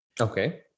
Okay